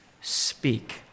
speak